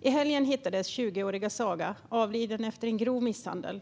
I helgen hittades 20-åriga Saga avliden efter en grov misshandel.